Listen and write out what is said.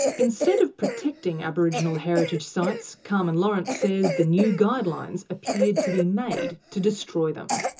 instead of protecting aboriginal heritage sites, carmen lawrence says the new guidelines appeared to be made to destroy them.